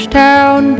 town